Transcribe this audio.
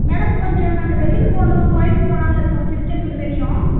madam கொஞ்சம் நாங்கள் வெளியில போகனும் கோயிலுக்கு போலான்னு இருக்கோம் திருச்செந்தூர் வெரையும்